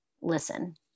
listen